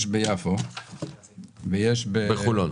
יש ביפו ויש בחולון.